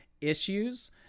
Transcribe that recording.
issues